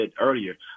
earlier